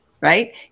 right